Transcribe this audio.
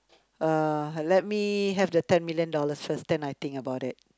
uh let me have the ten million dollars first then I think about it